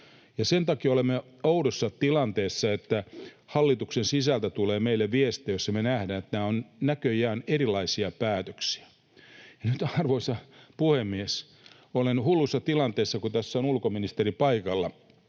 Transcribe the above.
Sen takia olemme oudossa tilanteessa, että hallituksen sisältä tulee meille viestiä, jossa me nähdään, että nämä ovat näköjään erilaisia päätöksiä. Arvoisa puhemies! Nyt olen hullussa tilanteessa, kun tässä on paikalla